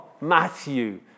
Matthew